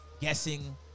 guessing